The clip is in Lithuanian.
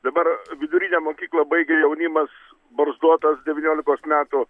dabar vidurinę mokyklą baigia jaunimas barzdotas devyniolikos metų